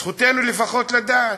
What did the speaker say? זכותנו לפחות לדעת.